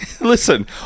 listen